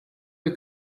the